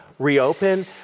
reopen